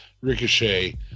Ricochet